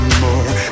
more